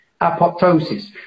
apoptosis